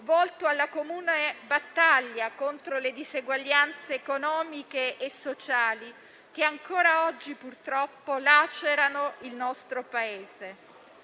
volto alla comune battaglia contro le diseguaglianze economiche e sociali, che ancora oggi purtroppo lacerano il nostro Paese.